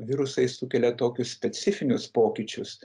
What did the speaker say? virusai sukelia tokius specifinius pokyčius